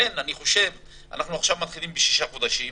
זה למעשה כמו לקשור לו את שתי הרגליים